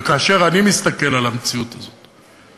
וכאשר אני מסתכל על המציאות הזאת,